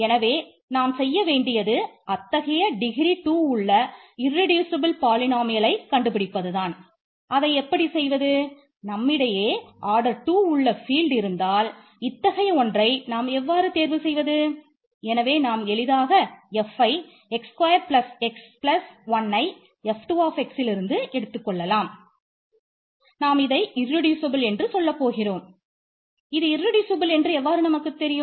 எனவே நாம் செய்ய வேண்டியது அத்தகைய டிகிரி இருக்கும்